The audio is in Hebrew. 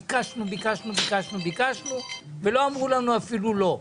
ביקשנו ביקשנו ביקשנו ביקשנו ולא אמרו לנו אפילו לא.